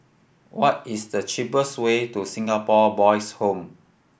what is the cheapest way to Singapore Boys' Home